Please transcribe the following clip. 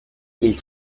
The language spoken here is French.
ils